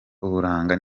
uburanga